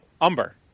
Umber